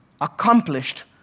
accomplished